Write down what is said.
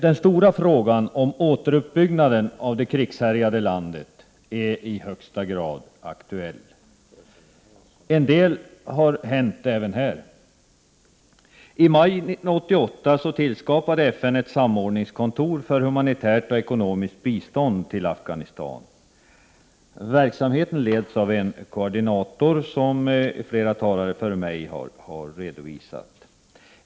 Den stora frågan om återuppbyggnaden av det krigshärjade landet är i högsta grad aktuell. En hel del har hänt även här. I maj 1988 tillskapade FN ett samordningskontor för humanitärt och ekonomiskt bistånd till Afghanistan. Verksamheten leds av en koordinator, som flera talare före mig har redovisat.